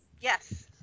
Yes